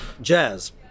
jazz